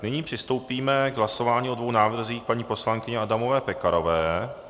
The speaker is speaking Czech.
Nyní přistoupíme k hlasování o dvou návrzích paní poslankyně Adamové Pekarové.